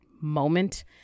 moment